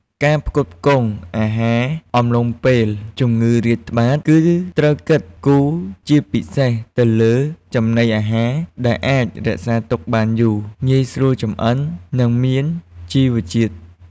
ការផ្គត់ផ្គង់អាហារអំឡុងពេលជំងឺរាតត្បាត គឺត្រូវគិតគូរជាពិសេសទៅលើ ចំណីអាហារដែលអាចរក្សាទុកបានយូរ ងាយស្រួលចម្អិន និងមានជីវជាតិ។